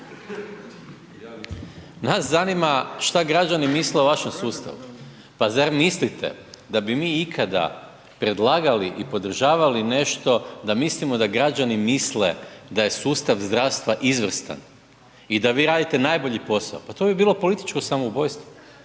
Nas zanima šta građani misle o vašem sustavu. Pa zar mislite da bi mi ikada predlagali i podržavali nešto da mislimo da građani misle da je sustav zdravstva izvrstan i da vi radite najbolji posao, pa to bi bilo političko samoubojstvo.